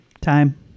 time